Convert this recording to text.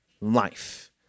life